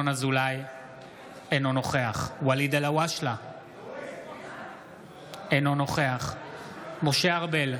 אינו נוכח ואליד אלהואשלה, אינו נוכח משה ארבל,